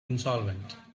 insolvent